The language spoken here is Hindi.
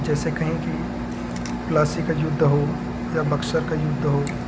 जैसे कहें कि प्लासी का युद्ध हो या बक्सर का युद्ध हो